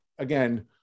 again